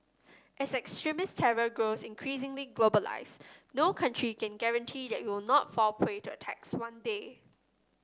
as extremist terror grows increasingly globalised no country can guarantee that it will not fall prey to attacks one day